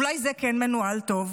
אולי זה כן מנוהל טוב?